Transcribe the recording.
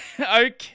Okay